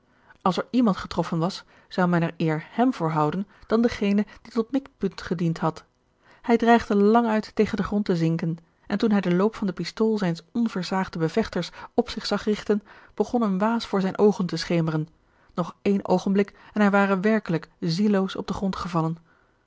als er iemand getroffen was zou men er eer hem voor houden dan dengene die tot mikpunt gediend had hij dreigde languit tegen den grond te zinken en toen hij den loop van de pistool zijns onversaagden bevechters op zich zag rigten begon een waas voor zijne oogen te schemeren nog één oogenblik en hij ware werkelijk zielloos op den grond gevallen